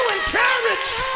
encouraged